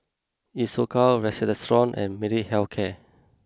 Isocal Redoxon and Molnylcke health care